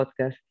podcast